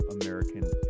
American